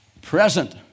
present